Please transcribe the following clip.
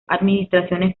administraciones